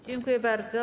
Dziękuję bardzo.